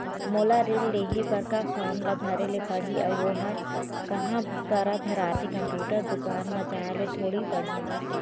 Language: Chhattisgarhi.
मोला ऋण लेहे बर का फार्म ला भरे ले पड़ही अऊ ओहर कहा करा भराथे, कंप्यूटर दुकान मा जाए ला थोड़ी पड़ही?